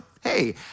hey